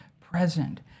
present